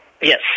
Yes